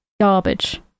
garbage